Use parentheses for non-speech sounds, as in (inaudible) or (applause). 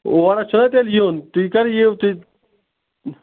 اور ہا چھُنہ تیٚلہِ یُن تُہۍ کَر یِیِو تُہۍ (unintelligible)